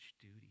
duty